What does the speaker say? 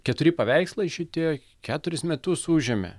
keturi paveikslai šitie keturis metus užėmė